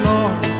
Lord